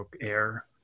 Air